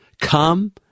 come